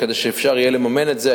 כדי שאפשר יהיה לממן את זה.